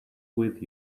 with